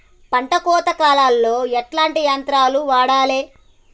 పంట కోత కాలాల్లో ఎట్లాంటి యంత్రాలు వాడాలే?